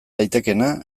daitekeena